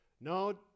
No